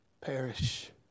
perish